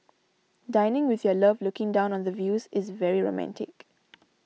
dining with your love looking down on the views is very romantic